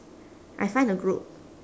I find the group